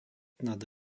nad